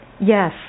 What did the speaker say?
Yes